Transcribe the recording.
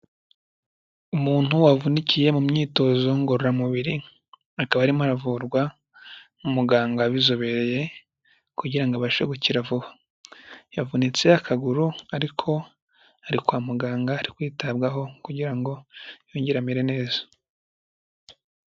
Umuntu wavunikiye mu myitozo ngororamubiri, akaba arimo aravurwa n'umuganga wabizobereye kugira ngo abashe gukira vuba, yavunitse akaguru ariko ari kwa muganga ari kwitabwaho kugira ngo yongere amere neza.